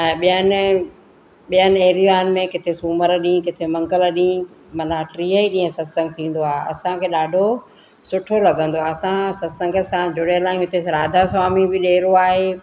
ऐं ॿियनि ॿियनि एरियाउनि में किथे सूमरु ॾींहुं किथे मंगल ॾींहुं माना टीह ई ॾींहुं सतसंगु थींदो आहे असांखे ॾाढो सुठो लॻंदो आहे असां सतसंग सां जुड़ियलु आहियूं हिते राधा स्वामी बि ॾेरो आहे